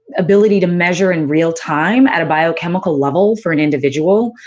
ability to measure in real-time, at a biochemical level, for an individual.